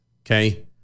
Okay